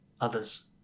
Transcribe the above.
others